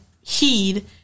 heed